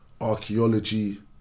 archaeology